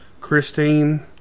Christine